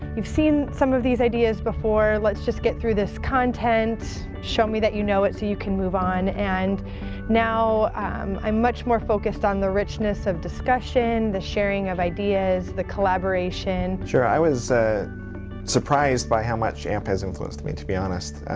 you've seen some of these ideas before. let's just get through this content. show me that you know it, so you can move on. and now i'm much more focused on the richness of discussion, the sharing of ideas, the collaboration. sure, i was surprised by how much amp has influenced me, to be honest.